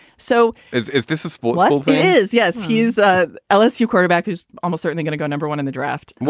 so is is this a sport? like is. yes. he is a lsu quarterback who's almost certainly going to go number one in the draft.